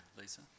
Lisa